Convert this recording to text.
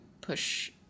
push